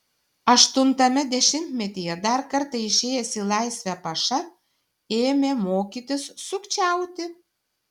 aštuntame dešimtmetyje dar kartą išėjęs į laisvę paša ėmė mokytis sukčiauti